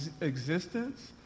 existence